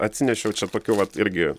atsinešiau čia tokių vat irgi